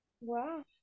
Wow